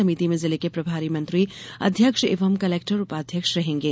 समिति में जिले के प्रभारी मंत्री अध्यक्ष एवं कलेक्टर उपाध्यक्ष रहेंगे